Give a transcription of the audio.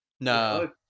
No